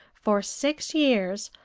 for six years,